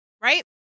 right